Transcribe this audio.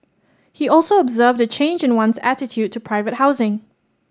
he also observed a change in one's attitude to private housing